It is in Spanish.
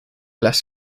las